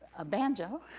a banjo.